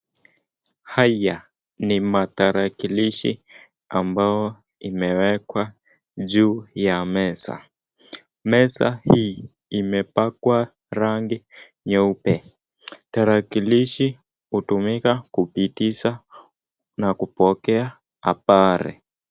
Haya ni matarakilishi ambao imewekwa juu ya meza. Meza hii imepakwa rangi nyeupe. Tarakilishi hutumika kupitisha na kupokea habari.